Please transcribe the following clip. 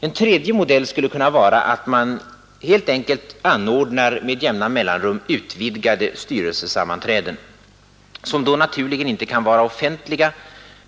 En tredje modell skulle vara att man helt enkelt med jämna mellanrum anordnade utvidgade styrelsesammanträden, som då naturligtvis inte kunde vara offentliga.